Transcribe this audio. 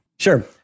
Sure